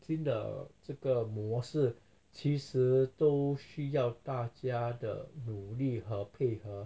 新的的这个模式其实都需要大家的努力和配合